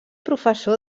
professor